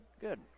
good